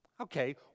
Okay